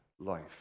life